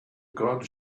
gods